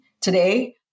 today